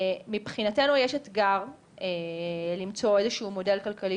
מבחינתנו יש אתגר למצוא איזשהו מודל כלכלי,